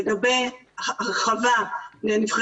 רפי כהן נמצא